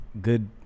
good